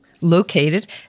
Located